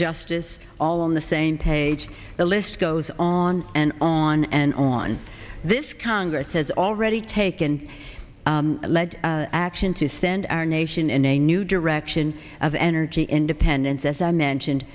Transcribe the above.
justice all on the same page the list goes on and on and on this congress has already taken lead action to send our nation in a new direction of energy independence as i mentioned